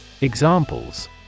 Examples